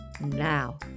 Now